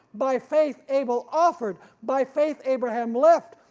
by faith abel offered, by faith abraham left,